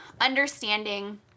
understanding